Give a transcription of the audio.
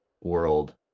world